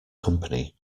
company